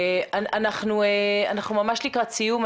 אנחנו ממש לקראת סיום.